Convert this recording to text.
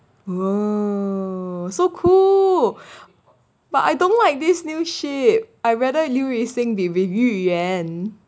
!whoa! so cool but I don't like this new ship I rather 刘雨欣 be with 喻言